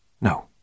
No